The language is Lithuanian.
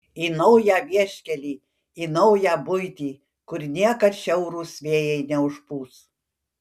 į naują vieškelį į naują buitį kur niekad šiaurūs vėjai neužpūs